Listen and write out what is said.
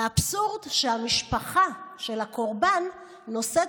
והאבסורד הוא שהמשפחה של הקורבן נושאת